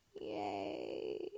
Yay